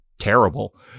terrible